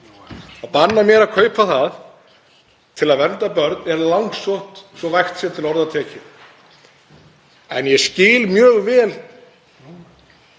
neftóbak, að kaupa það til að vernda börn er langsótt, svo að vægt sé til orða tekið. En ég skil mjög vel